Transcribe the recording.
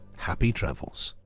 happy travels!